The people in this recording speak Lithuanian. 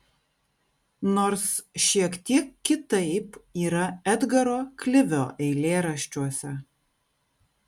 nors šiek tiek kitaip yra edgaro klivio eilėraščiuose